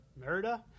merida